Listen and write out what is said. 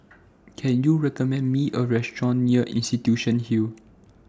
Can YOU recommend Me A Restaurant near Institution Hill